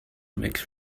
makes